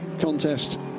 contest